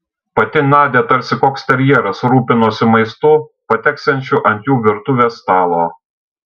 pati nadia tarsi koks terjeras rūpinosi maistu pateksiančiu ant jų virtuvės stalo